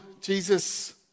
Jesus